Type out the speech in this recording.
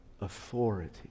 authority